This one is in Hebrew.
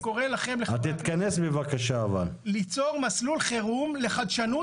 אני קורא לכם ליצור מסלול חירום לחדשנות